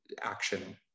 action